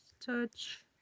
touch